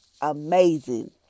amazing